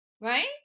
Right